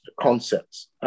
concepts